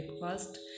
breakfast